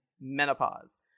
menopause